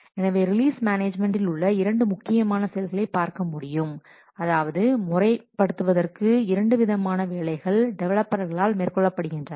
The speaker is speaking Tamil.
எனவே ரிலீஸ் மேனேஜ்மென்டில் உள்ள இரண்டு முக்கியமான செயல்களை பார்க்க முடியும் அதாவது முறை படுத்துவதற்கு இரண்டு விதமான வேலைகள் டெவலப்பர்களால் மேற்கொள்ளப்படுகின்றன